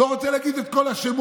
אני לא רוצה להגיד את כל השמות,